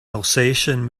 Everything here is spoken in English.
alsatian